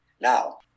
Now